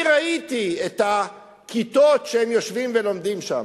אני ראיתי את הכיתות שבהן הם יושבים ולומדים שמה,